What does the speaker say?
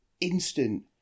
instant